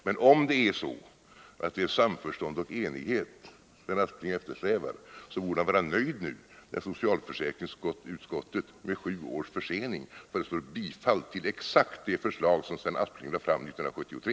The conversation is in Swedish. Men om det är så att det är samförstånd och enighet som Sven Aspling eftersträvar, borde han vara nöjd nu när socialförsäkringsutskottet med sju års försening föreslår bifall till exakt det förslag som Sven Aspling lade fram 1973.